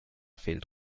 fehlt